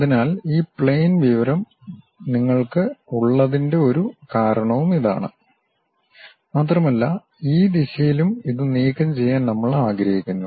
അതിനാൽ ഈ പ്ലെയിൻ വിവരം നമ്മൾക്ക് ഉള്ളതിന്റെ ഒരു കാരണമാണിത് മാത്രമല്ല ഈ ദിശയിലും ഇത് നീക്കംചെയ്യാൻ നമ്മൾ ആഗ്രഹിക്കുന്നു